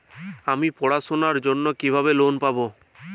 আমি পড়াশোনার জন্য কিভাবে লোন পাব?